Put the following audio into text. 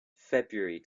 february